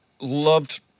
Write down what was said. Loved